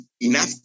enough